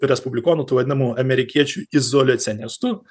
respublikonų tų vadinamų amerikiečių izolicianistų